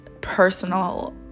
personal